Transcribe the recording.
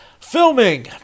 Filming